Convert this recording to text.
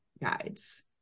guides